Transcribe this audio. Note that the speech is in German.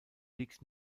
liegt